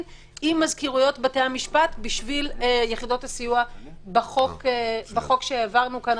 עם מזכירויות בתי-המשפט בשביל יחידות הסיוע בחוק שהעברנו כאן,